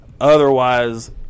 Otherwise